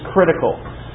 critical